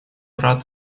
рад